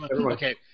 okay